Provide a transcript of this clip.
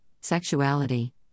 sexuality